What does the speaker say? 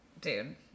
dude